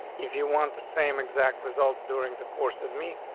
if you want. the same exact results during the course is me.